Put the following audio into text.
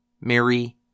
Mary